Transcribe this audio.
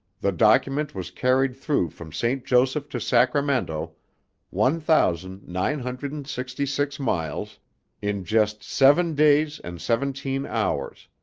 the document was carried through from st. joseph to sacramento one thousand nine hundred and sixty six miles in just seven days and seventeen hours,